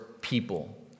people